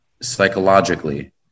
psychologically